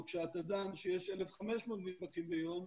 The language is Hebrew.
או כשאתה דן כשיש 1,500 נדבקים ביום,